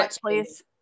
Please